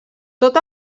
tot